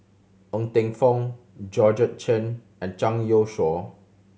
Ng Teng Fong Georgette Chen and Zhang Youshuo